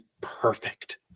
perfect